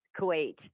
Kuwait